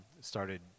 started